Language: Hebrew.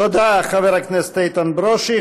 תודה, חבר הכנסת איתן ברושי.